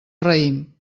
raïm